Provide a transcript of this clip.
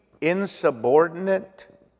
insubordinate